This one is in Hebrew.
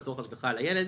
לצורך השגחה על הילד,